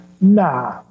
Nah